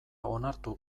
onartu